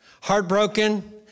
heartbroken